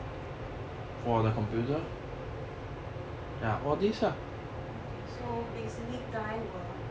okay so basically guy will